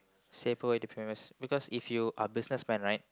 safer way to be famous because if you are business man right